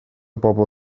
bobl